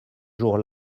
jour